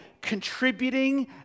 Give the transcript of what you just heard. contributing